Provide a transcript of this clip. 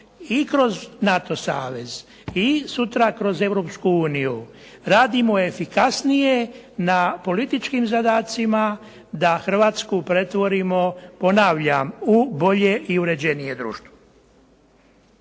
i kroz NATO savez i sutra kroz Europsku uniju radimo efikasnije na političkim zadacima da Hrvatsku pretvorimo, ponavljam, u bolje i uređenije društvo.